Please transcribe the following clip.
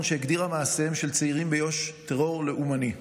שהגדירה את מעשיהם של צעירים ביו"ש "טרור לאומני".